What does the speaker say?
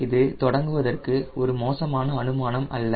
இது தொடங்குவதற்கு ஒரு மோசமான அனுமானம் அல்ல